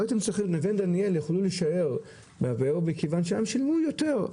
נווה דניאל יכולים להישאר מכיוון שהם שילמו יותר.